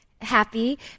happy